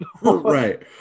Right